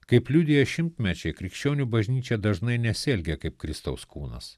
kaip liudija šimtmečiai krikščionių bažnyčia dažnai nesielgia kaip kristaus kūnas